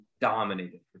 dominated